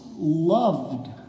Loved